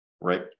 Right